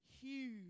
huge